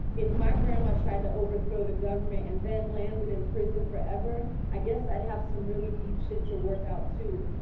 if my grandma tried to overthrow the government and then landed in prison forever, i guess i'd have some really deep shit to work out, too.